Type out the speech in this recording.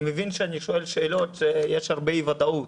אני מבין שאני שואל שאלות כשיש הרבה אי-ודאות,